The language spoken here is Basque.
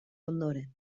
ondoren